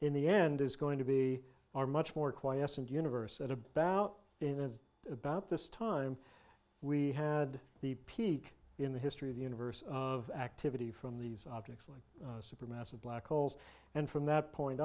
in the end is going to be our much more quiescent universe at about in and about this time we had the peak in the history of the universe of activity from these objects like a super massive black holes and from that point